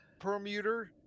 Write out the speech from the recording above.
Permuter